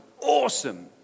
awesome